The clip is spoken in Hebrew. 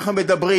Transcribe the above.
אנחנו מדברים